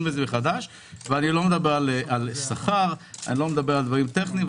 בזה מחשד ואני לא מדבר על שכר או על דברים טכניים,